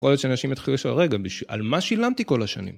רואה שאנשים התחילו לשאול רגע, על מה שילמתי כל השנים?